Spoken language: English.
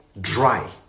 dry